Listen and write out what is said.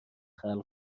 خلق